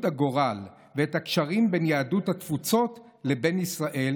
הגורל ואת הקשרים בין יהדות התפוצות לבין ישראל.